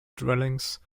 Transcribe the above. dwellings